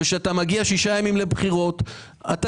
כאשר אתה מגיע שישה ימים לפני בחירות אתה